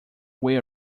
way